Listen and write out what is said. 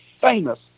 famous